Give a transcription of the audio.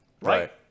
Right